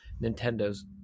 nintendo's